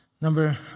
Number